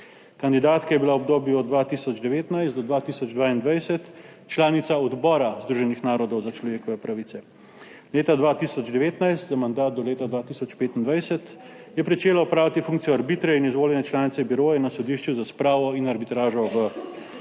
Kandidatka je bila v obdobju od 2019 do 2022 članica Odbora Združenih narodov za človekove pravice. Leta 2019 za mandat do leta 2025 je pričela opravljati funkcijo arbitre in izvoljene članice biroja na Sodišču za spravo in arbitražo v Evropi.